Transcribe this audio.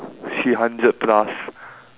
three hundred plus